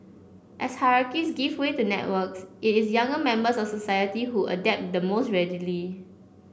as hierarchies give way to networks it is younger members of society who adapt the most readily